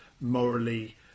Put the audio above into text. morally